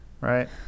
right